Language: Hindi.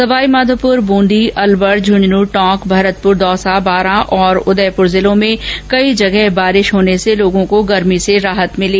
सवाईमाघोपुर बूंदी अलवर झुन्झुन टोंक भरतपुर दौसा बारां और उदयपुर जिलों में कई जगह बारिश होने से लोगों को गर्भी से राहत भिली